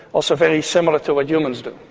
also very similar to what humans do.